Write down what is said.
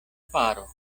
faro